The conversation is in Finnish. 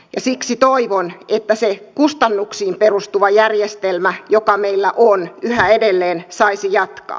siksi toivon että se kustannuksiin perustuva järjestelmä joka meillä on yhä edelleen saisi jatkaa